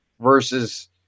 versus